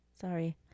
sorry